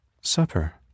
Supper